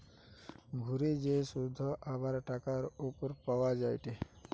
ঘুরে যে শুধ আবার টাকার উপর পাওয়া যায়টে